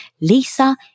Lisa